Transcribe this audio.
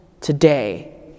today